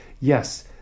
yes